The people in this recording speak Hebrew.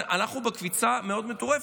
אנחנו בקפיצה מאוד מטורפת,